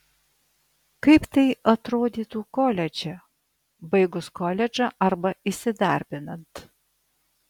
kaip tai atrodytų koledže baigus koledžą arba įsidarbinant